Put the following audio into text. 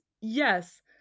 Yes